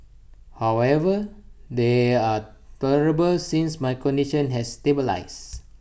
however they are tolerable since my condition has stabilised